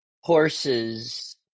horses